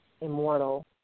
immortal